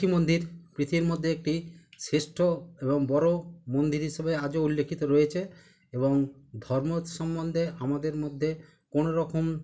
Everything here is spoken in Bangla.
মীনাক্ষী মন্দির পৃথিবীর মধ্যে একটি শ্রেষ্ঠ এবং বড়ো মন্দির হিসাবে আজও উল্লেখিত রয়েছে এবং ধর্ম সম্বন্ধে আমাদের মধ্যে কোনো রকম